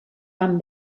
van